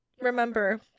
remember